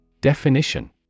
Definition